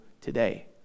today